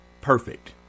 perfect